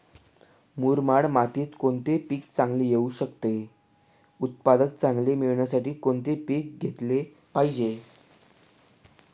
मुरमाड मातीत कोणते पीक चांगले येऊ शकते? उत्पादन चांगले मिळण्यासाठी कोणते पीक घेतले पाहिजे?